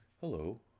Hello